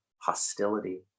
hostility